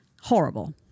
Horrible